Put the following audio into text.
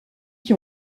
qui